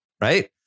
Right